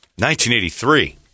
1983